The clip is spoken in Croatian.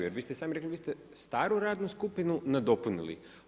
Jer vi ste i sami rekli, vi ste staru radnu skupinu nadopunili.